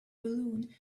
balloon